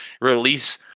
release